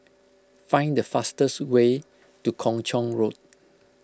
find the fastest way to Kung Chong Road